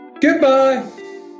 Goodbye